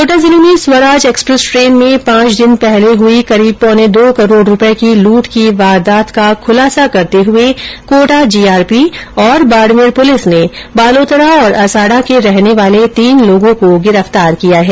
कोटा जिले में Swaraj express train में पांच दिन पहले हुई करीब पौने दो करोड रूपये की लूट की वारदात का खुलासा करते हुए कोटा जीआरपी और बाडमेर पुलिस ने बालोतरा और असाडा के रहने वाले तीन लोगों को गिरफ्तार किया है